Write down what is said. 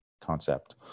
concept